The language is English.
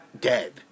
dead